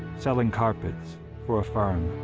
selling carpets for a firm.